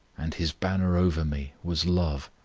and his banner over me was love.